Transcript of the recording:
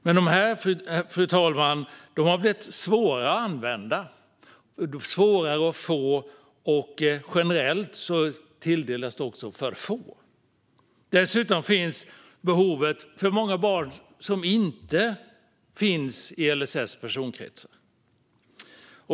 Men dessa, fru talman, har blivit svåra att använda och svårare att få. Generellt tilldelas det också för få av dem. Dessutom finns behovet även hos många barn som inte finns i LSS personkretsar.